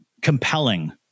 compelling